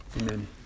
Amen